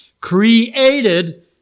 created